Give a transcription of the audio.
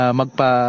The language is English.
magpa